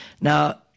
Now